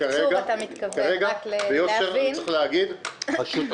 כרגע צריך להגיד ביושר,